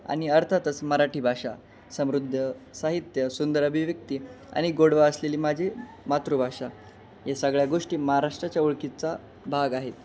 आणि अर्थातच मराठी भाषा समृद्ध साहित्य सुंदर अभिव्यक्ती आणि गोडवां असलेली माझी मातृभाषा हे सगळ्या गोष्टी महाराष्ट्राच्या ओळखीचा भाग आहेत